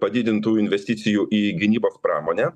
padidintų investicijų į gynybos pramonę